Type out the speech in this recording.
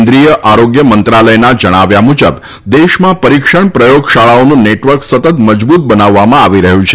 કેન્દ્રીય આરોગ્ય મંત્રાલયના જણાવ્યા મુજબ દેશમાં પરિક્ષણ પ્રયોગશાળાઓનું નેટવર્ક સતત મજબૂત બનાવવામાં આવી રહ્યું છે